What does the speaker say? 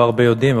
לא הרבה יודעים,